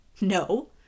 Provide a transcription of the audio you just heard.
No